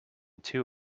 two